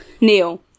Neil